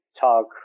talk